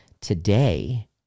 today